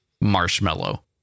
marshmallow